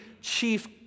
chief